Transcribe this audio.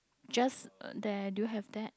just uh there do you have that